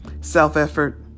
self-effort